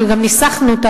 וגם ניסחנו אותה,